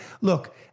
Look